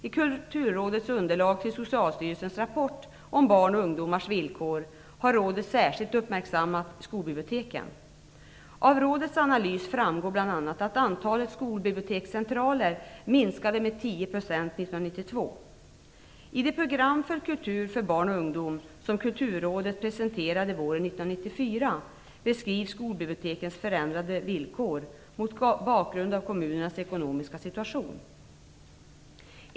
I Kulturrådets underlag till Socialstyrelsens rapport om barn och ungdomars villkor har rådet särskilt uppmärksammat skolbiblioteken. Av rådets analys framgår bl.a. att antalet skolbibliotekscentraler minskade med 10 % 1992. Kulturrådet presenterade våren 1994 beskrivs skolbibliotekens förändrade villkor mot bakgrund av kommunernas ekonomiska situation.